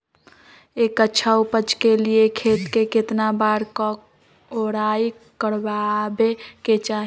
एक अच्छा उपज के लिए खेत के केतना बार कओराई करबआबे के चाहि?